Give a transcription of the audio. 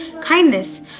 kindness